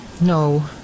No